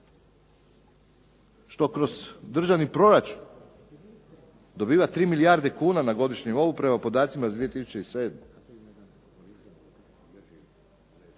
što kroz državni proračun dobiva 3 milijarde kuna na godišnjem nivou prema podacima iz 2007.